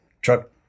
truck